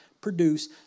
produce